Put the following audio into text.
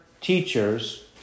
teachers